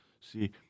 see